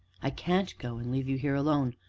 i can't go and leave you here alone.